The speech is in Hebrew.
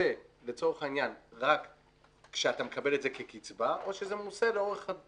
ממוסה לצורך העניין רק כשאתה מקבל את זה כקצבה או שזה ממוסה בהפקדה.